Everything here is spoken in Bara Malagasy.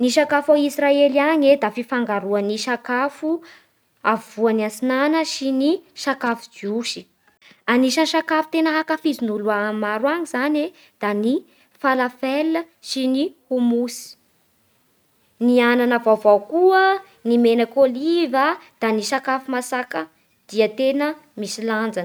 Ny sakafo a Israely any da ny fifangaroan'ny sakafo apovoany atsinana sy ny sakafo jiosy Anisan'ny sakafo tena ankafizin'ny olo maro any zany e, da ny farafel sy ny houmous Ny anana vaovao koa, ny menaky oliva, da ny sakafo masàka da tena misy lanja